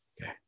Okay